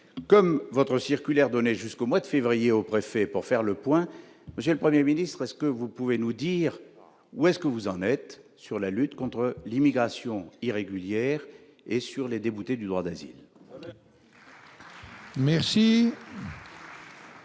comme votre circulaire donné jusqu'au mois de février au préfet pour faire le point monsieur le 1er ministre est-ce que vous pouvez nous dire où est-ce que vous en êtes sur la lutte contre l'immigration irrégulière et sur les déboutés du droit d'asile.